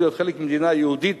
להיות חלק ממדינה יהודית,